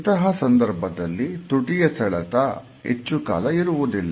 ಇಂತಹ ಸಂದರ್ಭದಲ್ಲಿ ತುಟಿಯ ಸೆಳೆತ ಹೆಚ್ಚು ಕಾಲ ಇರುವುದಿಲ್ಲ